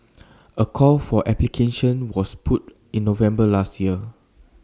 A call for applications was put in November last year